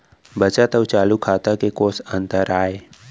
बचत अऊ चालू खाता में कोस अंतर आय?